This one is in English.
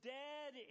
dead